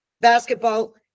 basketball